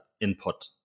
input